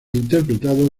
interpretado